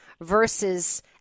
versus